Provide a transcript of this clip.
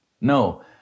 No